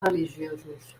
religiosos